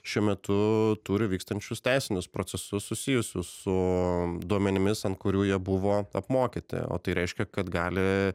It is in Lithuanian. šiuo metu turi vykstančius teisinius procesus susijusius su duomenimis ant kurių jie buvo apmokyti o tai reiškia kad gali